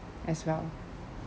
as well